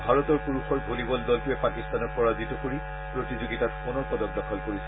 ভাৰতৰ পুৰুষৰ ভলীবল দলটোৱে পাকিস্তানক পৰাজিত কৰি প্ৰতিযোগিতাত সোণৰ পদক দখল কৰিছে